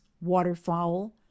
waterfowl